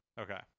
Okay